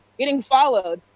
getting followed.